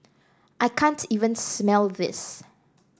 I can't even smell this